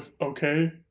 Okay